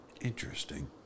Interesting